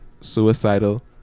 suicidal